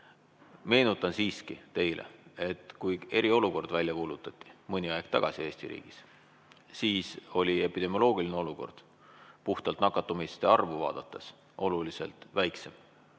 Meenutan siiski teile, et kui eriolukord välja kuulutati mõni aeg tagasi Eesti riigis, siis oli epidemioloogiline olukord puhtalt nakatumiste arvu vaadates oluliselt [vähem